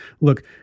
Look